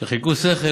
כשחילקו שכל,